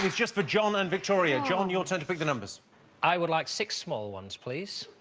just for john and victoria john your turn to pick the numbers i would like six small ones, please.